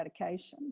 medications